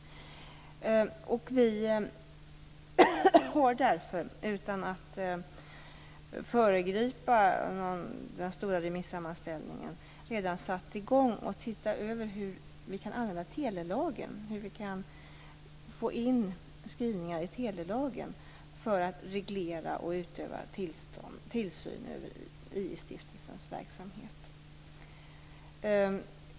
Vi har därför, utan att föregripa den stora remissammanställningen, redan satt i gång med att se över hur vi kan använda telelagen och hur vi kan få in skrivningar i telelagen för att reglera och utöva tillsyn över II-stiftelsens verksamhet.